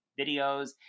videos